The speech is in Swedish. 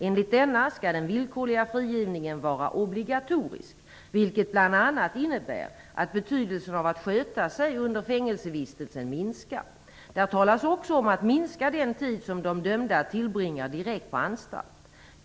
Enligt denna skall den villkorliga frigivningen vara obligatorisk, vilket bl.a. innebär att betydelsen av att sköta sig under fängelsevistelsen minskar. Där talas också om att minska den tid som de dömda tillbringar direkt på anstalt.